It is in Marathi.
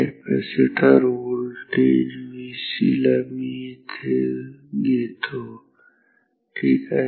कॅपॅसिटर व्होल्टेज Vc ला मी इथे घेतो ठीक आहे